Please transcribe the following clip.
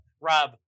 Rob